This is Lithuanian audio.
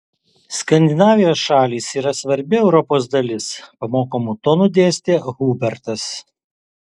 skandinavijos šalys yra svarbi europos dalis pamokomu tonu dėstė hubertas